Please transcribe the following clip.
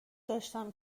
داشتم